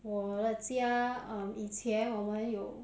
我的家 uh 以前我们有